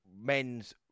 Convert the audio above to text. men's